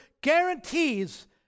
guarantees